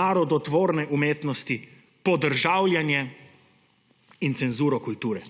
narodotvorne umetnosti, podržavljanje in cenzuro kulture.